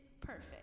perfect